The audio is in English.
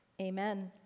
Amen